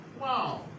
Wow